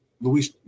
Louis